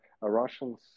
Russians